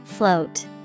Float